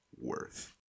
worth